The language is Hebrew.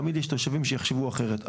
תמיד יש תושבים שיחשבו אחרת,